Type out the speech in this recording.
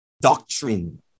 doctrine